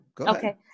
okay